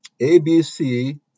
ABC